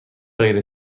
غیر